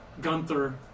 Gunther